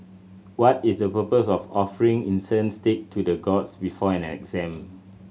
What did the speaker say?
what is the purpose of offering incense stick to the gods before an exam